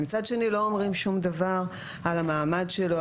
מצד שני לא אומרים שום דבר על המעמד שלו,